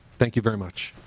thank you very much.